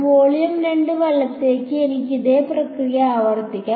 volume 2 വലത്തേക്ക് എനിക്ക് ഇതേ പ്രക്രിയ ആവർത്തിക്കാം